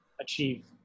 achieve